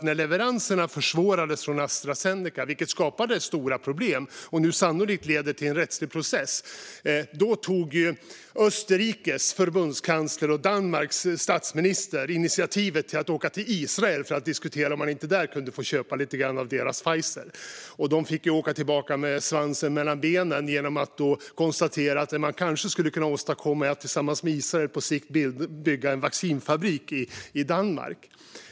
När leveranserna försvårades från Astra Zeneca, vilket skapade stora problem och nu sannolikt leder till en rättslig process, tog ju Österrikes förbundskansler och Danmarks statsminister initiativ till att åka till Israel för att diskutera om man inte kunde få köpa lite grann av deras vaccin från Pfizer. De fick dock åka tillbaka med svansen mellan benen och konstatera att det man kanske skulle kunna åstadkomma är att tillsammans med Israel på sikt bygga en vaccinfabrik i Danmark.